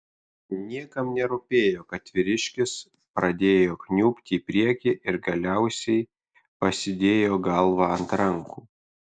niekam nerūpėjo kad vyriškis pradėjo kniubti į priekį ir galiausiai pasidėjo galvą ant rankų